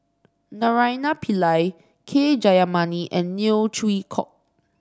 Naraina Pillai K Jayamani and Neo Chwee Kok